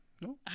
No